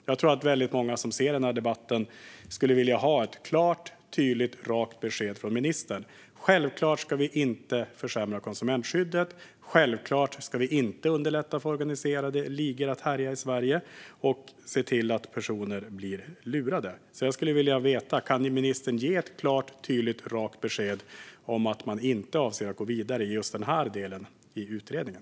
Jag tror att väldigt många som ser den här debatten skulle vilja ha ett klart, tydligt och rakt besked från ministern: Självklart ska vi inte försämra konsumentskyddet, och självklart ska vi inte underlätta för organiserade ligor att härja i Sverige och lura personer. Jag skulle vilja veta om ministern kan ge ett klart, tydligt och rakt besked om att man inte avser att gå vidare med just denna del av utredningen.